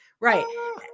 right